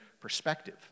perspective